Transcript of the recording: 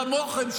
כמוכם,